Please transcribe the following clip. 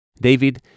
David